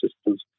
systems